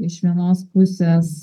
iš vienos pusės